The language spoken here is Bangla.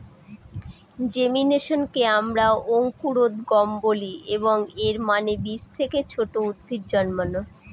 জেমিনেশনকে আমরা অঙ্কুরোদ্গম বলি, এবং এর মানে বীজ থেকে ছোট উদ্ভিদ জন্মানো